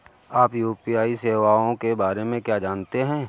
आप यू.पी.आई सेवाओं के बारे में क्या जानते हैं?